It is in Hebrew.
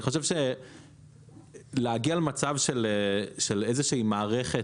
אני חושב שלהגיע למצב של איזושהי מערכת